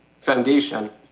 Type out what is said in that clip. foundation